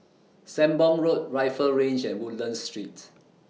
Sembong Road Rifle Range and Woodlands Street